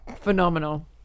phenomenal